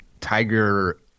Tiger